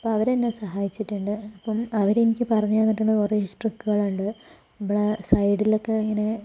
അപ്പോൾ അവരെന്നെ സഹായിച്ചിട്ടുണ്ട് അപ്പം അവരെനിക്ക് പറഞ്ഞു തന്നിട്ടുള്ള കുറെ ട്രിക്കുകളുണ്ട് സൈഡിലൊക്കെ ഇങ്ങനെ